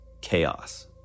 chaos